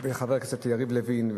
לחבר הכנסת יריב לוין,